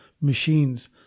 machines